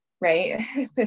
Right